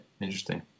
interesting